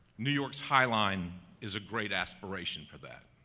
new york's high line is a great aspiration for that.